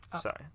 Sorry